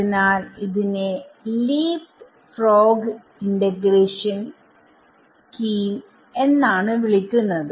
അതിനാൽ ഇതിനെ leapfrog integration scheme എന്നാണ് വിളിക്കുന്നത്